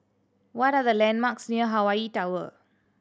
what are the landmarks near Hawaii Tower